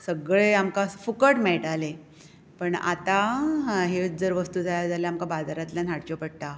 सगळें आमकां फुकट मेळटालें पण आतां ह्योच जर वस्तू जाय जाल्यार आमकां बाजारांतल्यान हाडच्यो पडटा